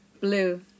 Blue